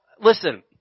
listen